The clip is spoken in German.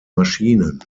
maschinen